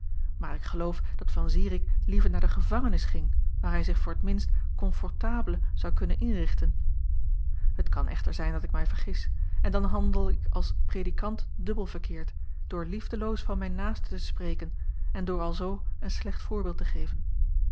maar ik geloof dat van zirik liever naar de gevangenis ging waar hij zich voor t minst comfortable zou kunnen inrichten het kan echter zijn dat ik mij vergis en dan handel ik als predikant dubbel verkeerd door liefdeloos van mijn naaste te spreken en door alzoo een slecht voorbeeld te geven